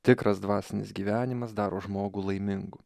tikras dvasinis gyvenimas daro žmogų laimingu